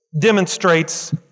demonstrates